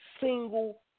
single